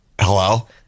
Hello